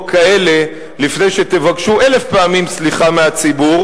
כאלה לפני שתבקשו אלף פעמים סליחה מהציבור,